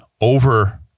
over